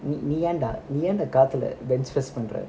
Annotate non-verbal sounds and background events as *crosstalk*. நீ ஏன் டா நீ ஏன் டா காத்துல:nee yen da nee yen da kaathula *laughs* பண்ற:panra